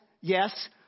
yes